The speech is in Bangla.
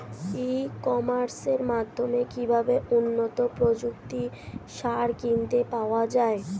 ই কমার্সের মাধ্যমে কিভাবে উন্নত প্রযুক্তির সার কিনতে পাওয়া যাবে?